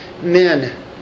men